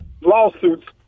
lawsuits